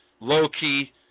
low-key